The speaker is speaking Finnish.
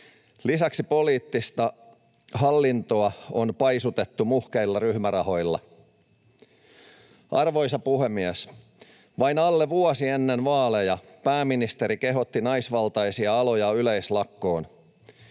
Lisäksi poliittista hallintoa on paisutettu muhkeilla ryhmärahoilla. Arvoisa puhemies! Vain alle vuosi ennen vaaleja pääministeri kehotti naisvaltaisia aloja yleislakkoon.